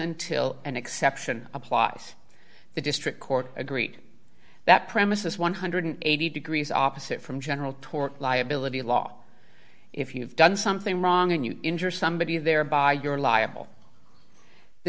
until an exception applies the district court agreed that premises one hundred and eighty dollars degrees opposite from general tort liability law if you've done something wrong and you injure somebody thereby you're liable the